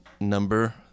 number